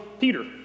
Peter